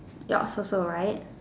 yours also right